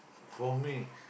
for me